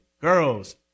girls